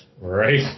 Right